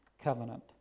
covenant